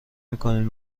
میکنید